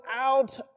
out